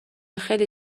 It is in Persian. خیلی